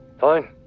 fine